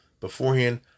beforehand